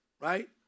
right